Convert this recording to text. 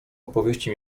opowieści